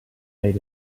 made